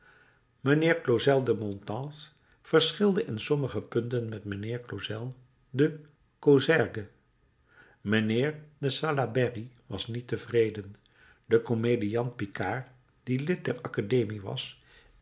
mijnheer clausel de montals verschilde in sommige punten met mijnheer clausel de coussergues mijnheer de salaberry was niet tevreden de komediant picard die lid der academie was